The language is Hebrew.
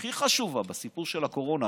הכי חשובה בסיפור של הקורונה,